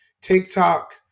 TikTok